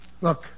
Look